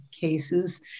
cases